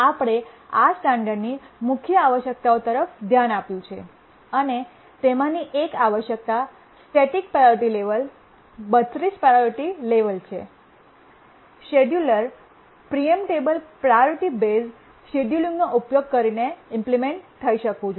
આપણે આ સ્ટાન્ડર્ડ ની મુખ્ય આવશ્યકતાઓ તરફ ધ્યાન આપ્યું છે અને તેમાંની એક આવશ્યકતા static priority level 32 priority level છે scheduler preemptive priority based scheduling નો ઉપયોગ કરીને ઈમ્પ્લીમેન્ટ થઇ શકવું જોઈએ